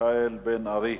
מיכאל בן-ארי.